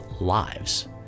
lives